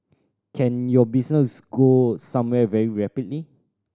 can your business go somewhere very rapidly